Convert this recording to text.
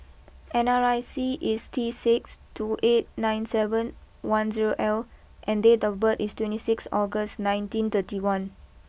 N R I C is T six two eight nine seven one zero L and date of birth is twenty six August nineteen thirty one